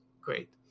great